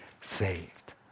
saved